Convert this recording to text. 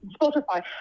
Spotify